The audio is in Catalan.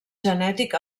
genètic